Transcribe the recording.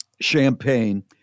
champagne